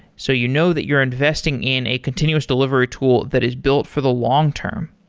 so you know that you're investing in a continuous delivery tool that is built for the long-term.